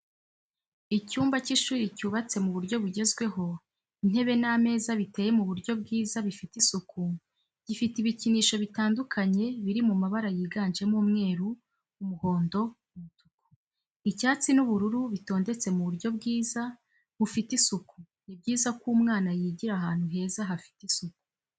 Icyumba cy'ishuri cyubatse mu buryo bugezweho, intebe n'ameza biteye mu buryo bwiza bifite isuku, gifite ibikinisho bitandukanye biri mabara yiganjemo umweru, umuhondo, umutuku. icyatsi n'ubururu bitondetse mu buryo bwiza bufite isuku. Ni byiza ko umwana yigira ahantu heza hafite isuku.